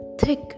Thick